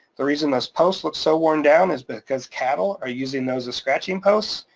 the reason those posts look so worn down is but because cattle are using those as scratching posts.